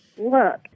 Look